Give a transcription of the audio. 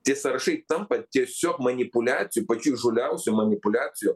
tie sąrašai tampa tiesiog manipuliacijų pačiu įžūliausiu manipuliacijų